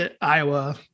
Iowa